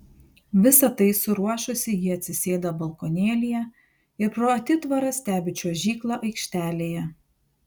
visa tai suruošusi ji atsisėda balkonėlyje ir pro atitvarą stebi čiuožyklą aikštelėje